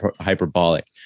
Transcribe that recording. hyperbolic